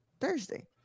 Thursday